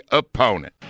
opponent